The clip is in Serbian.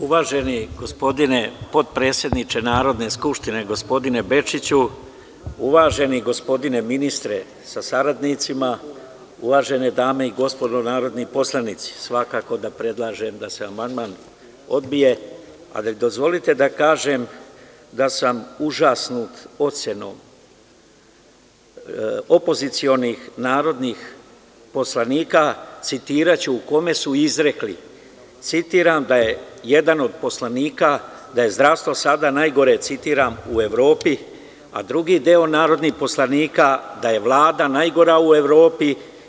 Uvaženi gospodine potpredsedniče Narodne skupštine, gospodine Bečiću, uvaženi gospodine ministre sa saradnicima, svakako da predlažem da se amandman odbije ali dozvolite da kažem da sam užasnut ocenom opozicionih narodnih poslanika, citiraću, kome su izrekli, citiram da je jedan od poslanika – da je zdravstvo sada najgore u Evropi, a drugi deo narodnih poslanika – da je Vlada najgora u Evropi.